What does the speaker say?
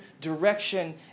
direction